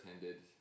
attended